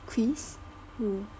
chris who